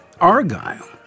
Argyle